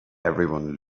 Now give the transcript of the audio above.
everyone